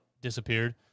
disappeared